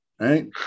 Right